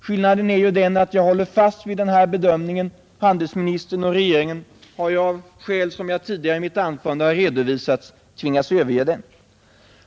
Skillnaden är den att jag håller fast vid denna bedömning; handelsministern och regeringen har av skäl som jag tidigare i mitt anförande har redovisat tvingats överge den.